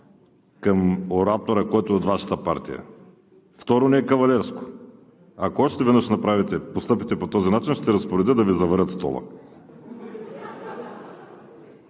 към оратора, който е от Вашата партия, и второ, не е кавалерско. Ако още веднъж постъпите по този начин, ще разпоредя да Ви заварят стола!